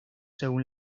según